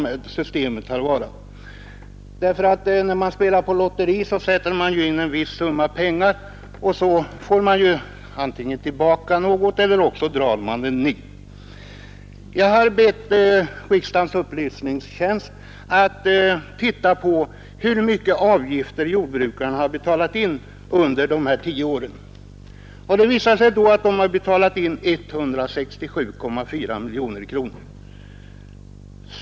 När man spelar på lotteri satsar man ju en viss summa pengar, och så får man antingen tillbaka något eller också drar man en nit. Jag har bett riksdagens upplysningstjänst att undersöka hur mycket jordbrukarna betalat in i avgifter under dessa tio år. Det visade sig att de betalat in 167,4 miljoner kronor.